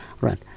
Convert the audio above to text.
right